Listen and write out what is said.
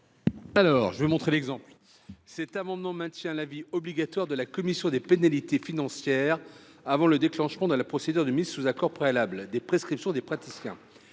l’amendement n° 276. Cet amendement vise à maintenir l’avis obligatoire de la commission dite des pénalités financières avant le déclenchement de la procédure de mise sous accord préalable des prescriptions des praticiens.